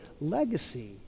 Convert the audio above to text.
legacy